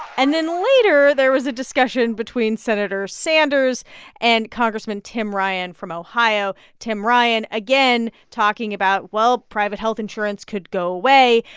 and then later, there was a discussion between senator sanders and congressman tim ryan from ohio. tim ryan, again, talking about, well, private health insurance could go away.